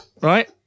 right